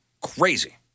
crazy